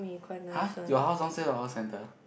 [huh] your house downstairs got hawker centre